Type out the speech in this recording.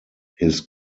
his